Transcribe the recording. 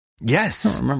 Yes